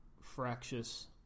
fractious